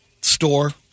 store